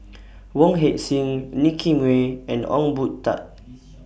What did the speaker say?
Wong Heck Sing Nicky Moey and Ong Boon Tat